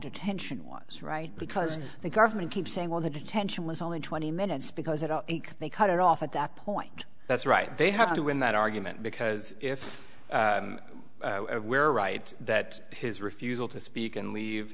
detention was right because the government keeps saying well the detention was only twenty minutes because if they cut it off at that point that's right they have to win that argument because if we're right that his refusal to speak and leave